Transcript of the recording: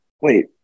Wait